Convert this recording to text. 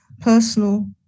personal